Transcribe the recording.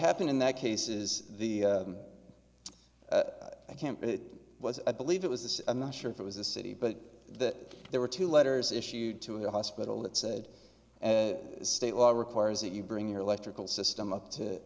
happened in that case is the i can't but it was a believe it was this i'm not sure if it was a city but that there were two letters issued to the hospital that said state law requires that you bring your electrical system up to